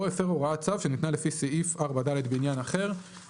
או הפר הוראת צו שניתן לפי סעיף 4ד בעניין אחר.";"